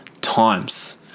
times